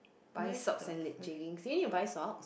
buy socks and leg~ jeggings do you need to buy socks